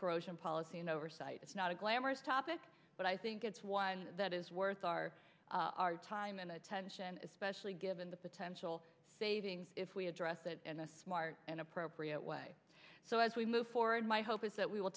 corrosion policy and oversight is not a glamorous topic but i think it's one that is worth our time and attention especially given the potential savings if we address that in a smart and appropriate way so as we move forward my hope is that we will